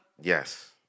Yes